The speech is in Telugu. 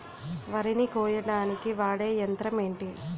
వరి ని కోయడానికి వాడే యంత్రం ఏంటి?